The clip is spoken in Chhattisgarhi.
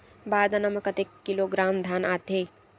बार दाना में कतेक किलोग्राम धान आता हे?